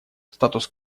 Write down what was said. статус